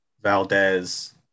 Valdez